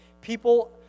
People